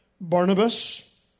Barnabas